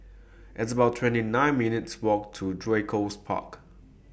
It's about twenty nine minutes' Walk to Draycott Park